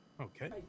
Okay